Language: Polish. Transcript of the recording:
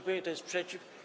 Kto jest przeciw?